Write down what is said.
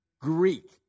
Greek